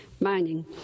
mining